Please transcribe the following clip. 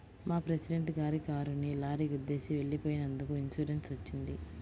మా ప్రెసిడెంట్ గారి కారుని లారీ గుద్దేసి వెళ్ళిపోయినందుకు ఇన్సూరెన్స్ వచ్చింది